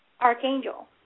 archangel